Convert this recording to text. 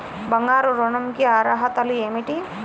బంగారు ఋణం కి అర్హతలు ఏమిటీ?